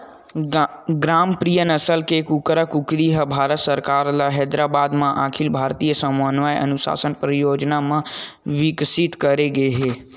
ग्रामप्रिया नसल के कुकरा कुकरी ल भारत सरकार ह हैदराबाद म अखिल भारतीय समन्वय अनुसंधान परियोजना म बिकसित करे गे हे